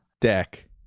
deck